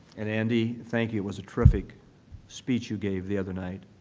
and, andy, thank you, it was a terrific speech you gave the other night.